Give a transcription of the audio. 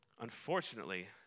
Unfortunately